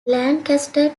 lancaster